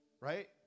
right